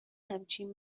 همچین